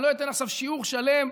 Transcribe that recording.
ואני לא אתן עכשיו שיעור שלם,